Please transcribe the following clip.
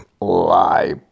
lie